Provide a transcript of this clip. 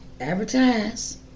advertise